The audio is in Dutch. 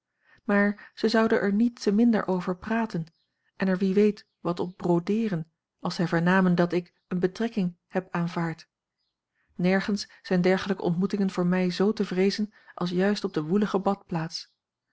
maar zij zouden er niet te minder over praten en er wie weet wat op brodeeren als zij vernamen dat ik eene betrekking heb aanvaard nergens zijn dergelijke ontmoetingen voor mij zoo te a l g bosboom-toussaint langs een omweg vreezen als juist op de woelige badplaats